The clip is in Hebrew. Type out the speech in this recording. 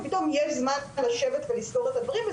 ופתאום יש זמן לשבת ולסגור את הדברים.